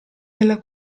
della